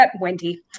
Wendy